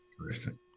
interesting